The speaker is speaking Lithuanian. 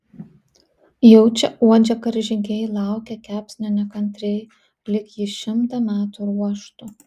jaučia uodžia karžygiai laukia kepsnio nekantriai lyg jį šimtą metų ruoštų